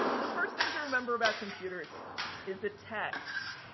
the first things to remember about computers is the text,